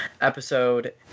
episode